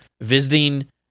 visiting